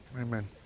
Amen